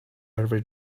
every